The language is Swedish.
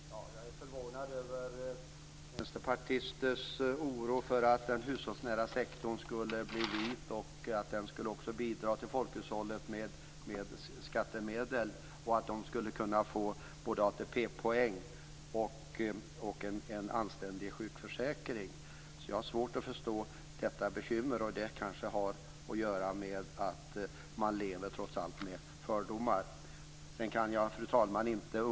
Fru talman! Jag är förvånad över vänsterpartisters oro för att den hushållsnära sektorn skulle bli vit, att den också skulle bidra till folkhushållet med skattemedel och att de som arbetar i denna sektor skulle kunna få både ATP-poäng och en anständig sjukförsäkring. Jag har svårt att förstå detta bekymmer. Det kanske trots allt har att göra med fördomar.